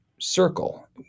circle